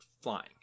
flying